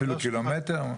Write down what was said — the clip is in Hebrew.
אפילו קילומטר?